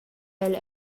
ella